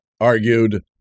argued